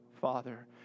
Father